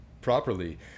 properly